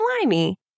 slimy